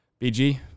BG